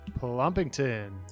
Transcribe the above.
Plumpington